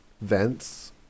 vents